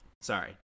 sorry